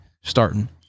starting